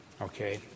Okay